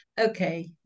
Okay